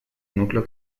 núcleo